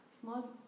small